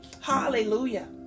Hallelujah